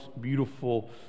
beautiful